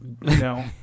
no